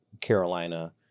Carolina